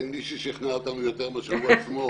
אין מי ששכנע אותנו יותר מאשר הוא עצמו.